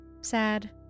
sad